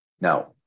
Now